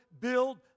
build